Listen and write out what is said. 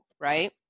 Right